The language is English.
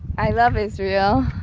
i love israel,